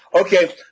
Okay